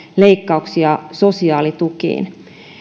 leikkauksia sosiaalitukiin